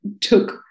took